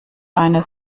eine